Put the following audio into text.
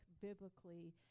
biblically